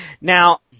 Now